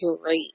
great